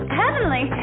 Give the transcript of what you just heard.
heavenly